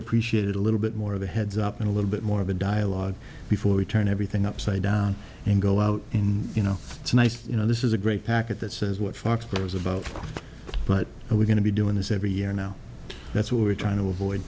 appreciated a little bit more of a heads up and a little bit more of a dialogue before we turn everything upside down and go out and you know it's nice you know this is a great package that says what foxboro is about but we're going to be doing this every year now that's what we're trying to avoid